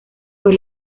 fue